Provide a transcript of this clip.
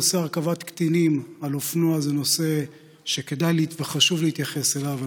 נושא הרכבת קטינים על אופנוע הוא נושא שכדאי וחשוב להתייחס אליו.